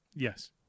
Yes